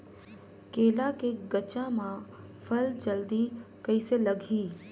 केला के गचा मां फल जल्दी कइसे लगही?